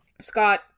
Scott